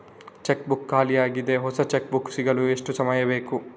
Check book ಖಾಲಿ ಯಾಗಿದೆ, ಹೊಸ ಚೆಕ್ ಬುಕ್ ಸಿಗಲು ಎಷ್ಟು ಸಮಯ ಬೇಕು?